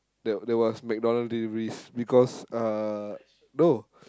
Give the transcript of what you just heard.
there there was McDonald's deliveries because uh no